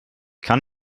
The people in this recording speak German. kann